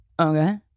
okay